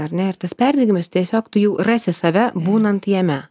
ar ne ir tas perdegidimas tiesiog tu jau rasi save būnant jame